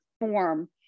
form